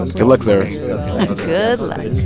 good luck, sarah good luck